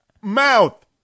mouth